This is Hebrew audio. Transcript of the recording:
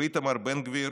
ואיתמר בן גביר